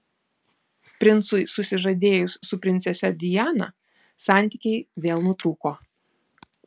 princui susižadėjus su princese diana santykiai vėl nutrūko